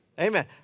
Amen